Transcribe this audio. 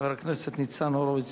חבר הכנסת ניצן הורוביץ,